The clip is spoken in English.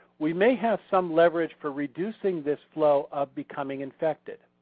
we may have some leverage for reducing this flow of becoming infected.